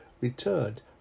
returned